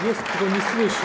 Jest, tylko nie słyszy.